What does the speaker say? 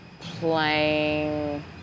playing